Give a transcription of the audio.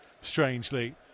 strangely